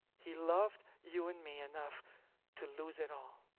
he loved you and me enough to lose it all,